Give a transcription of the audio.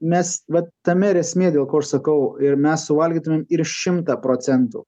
mes vat tame ir esmė dėl ko aš sakau ir mes suvalgytumėm ir šimtą procentų